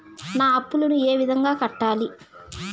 నా అప్పులను ఏ విధంగా కట్టాలి?